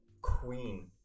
queen